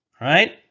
right